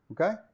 okay